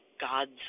God's